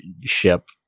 ship